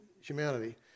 humanity